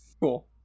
Cool